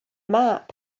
map